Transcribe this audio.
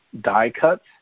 die-cuts